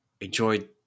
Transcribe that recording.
enjoyed